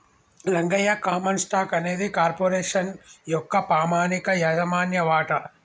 Rangayya common stock అనేది corporation యొక్క పామనిక యాజమాన్య వాట